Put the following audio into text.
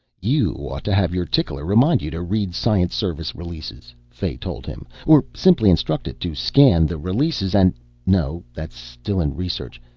you ought to have your tickler remind you to read science service releases, fay told him. or simply instruct it to scan the releases and no, that's still in research.